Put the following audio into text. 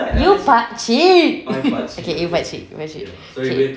you pakcik okay okay you pakcik you pakcik okay